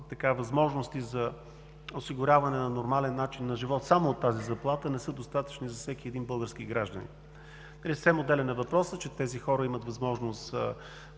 че възможности за осигуряване на нормален начин на живот само от минимална работна заплата не са достатъчни за всеки един български гражданин. Съвсем отделен е въпросът, че тези хора имат възможност